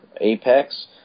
Apex